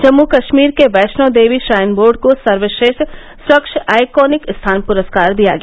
जम्मू कश्मीर के Vaishno Devi shrine board को सर्वश्रेष्ठ स्वच्छ आइकोनिक स्थान पुरस्कार दिया गया